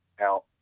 out